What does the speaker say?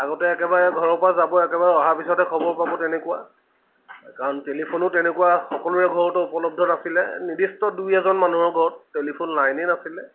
আগতে একেবাৰে ঘৰৰ পৰা যাব একেবাৰে অহাৰ পিছতহে খবৰ পাব তেনেকুৱা কাৰণ টেলিফোনো তেনেকুৱা সকলোৰে ঘৰতে উপলব্ধ নাছিলে নিৰ্দিষ্ট দুই এজন মানুহৰ ঘৰত টেলিফোন লাইনে নাছিলে